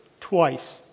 twice